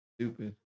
Stupid